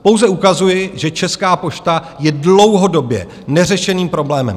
Pouze ukazuji, že Česká pošta je dlouhodobě neřešeným problémem.